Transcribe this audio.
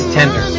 tender